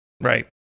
Right